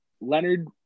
Leonard